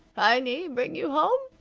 heiny bring you home?